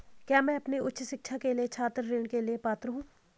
क्या मैं अपनी उच्च शिक्षा के लिए छात्र ऋण के लिए पात्र हूँ?